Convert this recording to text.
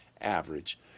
average